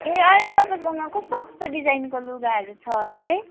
ए अहिले तपाईँहरूकोमा कस्तो कस्तो डिजाइनको लुगाहरू छ होला है